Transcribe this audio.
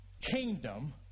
kingdom